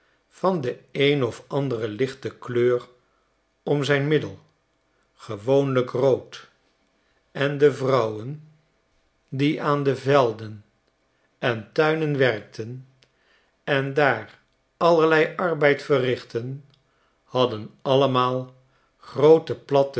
sjerpvan de een of andere lichte kleur om zijn middel gewoonlijk rood en de vrouwen die aan de velden en tuinen werkten en daar allerlei arbeid verrichtten hadden altemaal groote platte